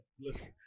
listen